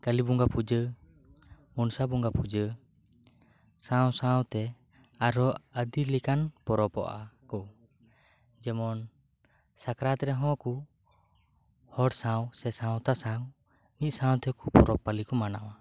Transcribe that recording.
ᱠᱟᱞᱤ ᱵᱚᱸᱜᱟ ᱯᱩᱡᱟᱹ ᱢᱚᱱᱥᱟ ᱵᱚᱸᱜᱟ ᱯᱩᱡᱟᱹ ᱥᱟᱶ ᱥᱟᱶ ᱛᱮ ᱟᱨ ᱦᱚᱸ ᱟᱰᱤ ᱞᱮᱠᱟᱱ ᱯᱚᱨᱚᱵᱚᱜ ᱟᱠᱚ ᱡᱮᱢᱚᱱ ᱥᱟᱠᱨᱟᱛ ᱨᱮᱦᱚᱸ ᱠᱚ ᱦᱚᱲ ᱥᱟᱶ ᱥᱮ ᱥᱟᱣᱛᱟ ᱥᱟᱝ ᱢᱤᱫ ᱥᱟᱶᱛᱮ ᱯᱚᱨᱚᱵᱽ ᱯᱟᱹᱞᱤ ᱠᱚ ᱢᱟᱱᱟᱣᱟ